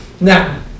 Now